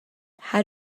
how